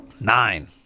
Nine